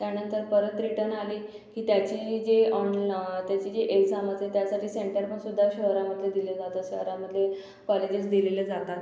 त्यानंतर परत रिटन आले की त्याची जे त्याची जी एक्झाम असेल त्यासाठी सेंटरपण सुद्धा शहरामध्ये दिले जातात शहरामध्ये कॉलेजेस दिलेले जातात